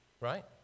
right